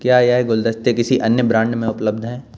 क्या यह गुलदस्ते किसी अन्य ब्रांड में उपलब्ध है